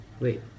Wait